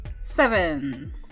Seven